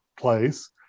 place